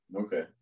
Okay